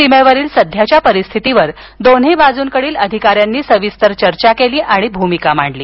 सीमेवरील सध्याच्या परिस्थितीवर दोन्ही बाजूंकडील अधिकाऱ्यांनी सविस्तर चर्चा केली आणि भूमिका मांडली